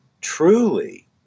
truly